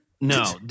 No